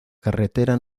carretera